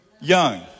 young